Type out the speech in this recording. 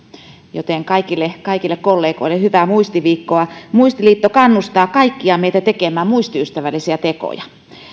joten kaikille kaikille kollegoille hyvää muistiviikkoa muistiliitto kannustaa kaikkia meitä tekemään muistiystävällisiä tekoja